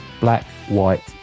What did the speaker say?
black-white